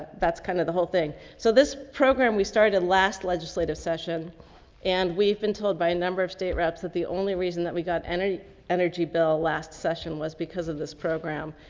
that's kind of the whole thing. so this program, we started last legislative session and we've been told by a number of state reps at the only reason that we got entity energy bill last session was because of this program.